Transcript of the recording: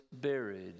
buried